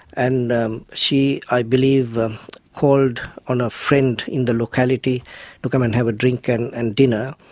and she i believe called on a friend in the locality to come and have a drink and and dinner.